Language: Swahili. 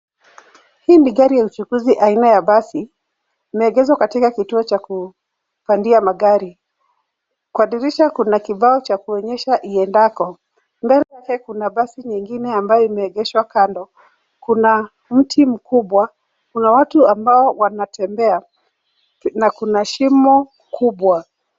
Hii ni gari ya uchukuzi aina ya basi. Imeegezwa katika kituo cha kupandia magari. Kwa dirisha kuna kibao cha kuonyesha iendako. Mbele yake kuna basi nyingine ambayo imeegeshwa kando. Kuna mti mkubwa, kuna watu ambao wanatembea na kuna shimo kubwa.